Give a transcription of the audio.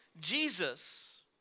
Jesus